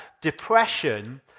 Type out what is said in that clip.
depression